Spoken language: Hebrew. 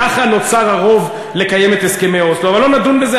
כך נוצר הרוב לקיום הסכמי אוסלו, אבל לא נדון בזה.